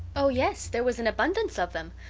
oh, yes, there was an abundance of them.